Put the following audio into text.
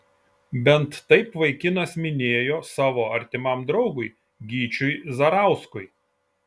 bent taip vaikinas minėjo savo artimam draugui gyčiui zarauskui